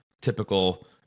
typical